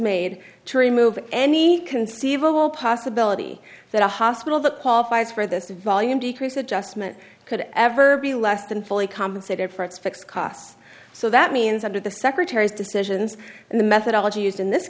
made to remove any conceivable possibility that a hospital that qualifies for this volume decrease adjustment could ever be less than fully compensated for its fixed costs so that means under the secretary's decisions and the methodology used in this